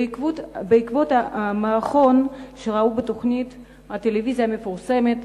בעקבות המערכון שראו בתוכנית הטלוויזיה המפורסמת,